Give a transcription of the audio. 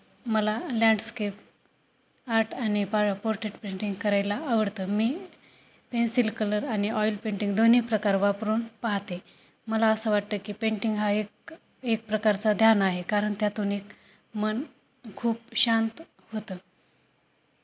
मला landscape art आणि प पोर्ट्रेट पेंटिंग करायला आवडतं मी पेन्सिल कलर आणि ऑइल पेंटिंग दोन्ही प्रकार वापरून पाहाते मला असं वाटतं की पेंटिंग हा एक एक प्रकारचा ध्यान आहे कारण त्यातून एक मन खूप शांत होतं